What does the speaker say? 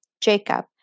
Jacob